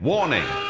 Warning